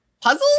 puzzle